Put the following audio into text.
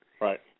Right